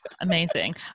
amazing